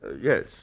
Yes